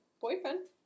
boyfriend